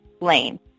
lane